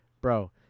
Bro